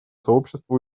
сообщество